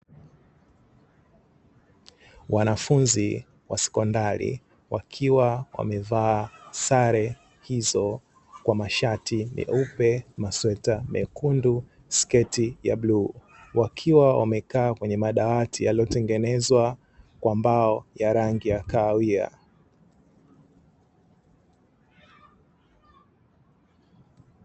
Wanafunzi wa sekondari wakiwa wamevaa sare hizo kwa mashati meupe, masweta mekundu, sketi ya bluu; wakiwa wamekaa kwenye madawati yaliyotengenezwa kwa mbao ya rangi ya kahawia.